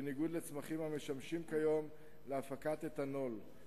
בניגוד לצמחים המשמשים כיום להפקת אתנול,